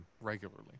regularly